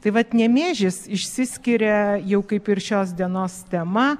tai vat nemėžis išsiskiria jau kaip ir šios dienos tema